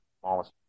smallest